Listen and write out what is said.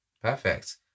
Perfect